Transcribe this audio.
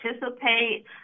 participate